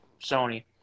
Sony